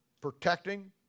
protecting